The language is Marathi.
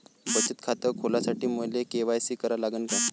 बचत खात खोलासाठी मले के.वाय.सी करा लागन का?